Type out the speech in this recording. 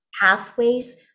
pathways